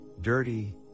dirty